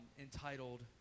entitled